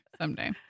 someday